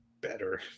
better